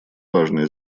важное